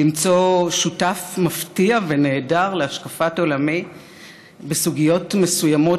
למצוא שותף מפתיע ונהדר להשקפת עולמי בסוגיות מסוימות,